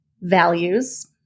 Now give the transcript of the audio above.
values